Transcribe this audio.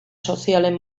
sozialen